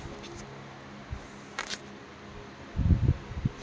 ನನ್ನ ಸಾಲದ ಕಂತು ತಿಂಗಳ ಎಷ್ಟ ತುಂಬಬೇಕು ಹೇಳ್ರಿ?